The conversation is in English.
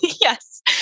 Yes